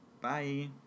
Bye